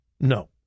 No